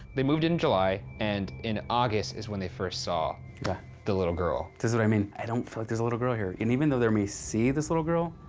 they moved in july, and in august is when they first saw yeah the little girl. this is what i mean, i don't feel like there's a little girl here, even though they may see this little girl,